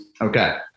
Okay